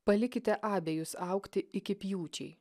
palikite abejus augti iki pjūčiai